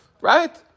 Right